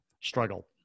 struggle